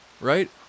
Right